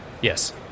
Yes